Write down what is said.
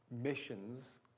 missions